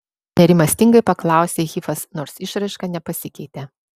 nerimastingai paklausė hifas nors išraiška nepasikeitė